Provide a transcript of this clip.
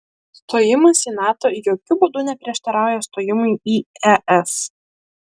stojimas į nato jokiu būdu neprieštarauja stojimui į es